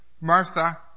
Martha